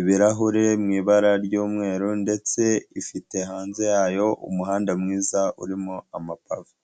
ibirahure mu ibara ry'umweru, ndetse ifite hanze yayo umuhanda mwiza, urimo amapave.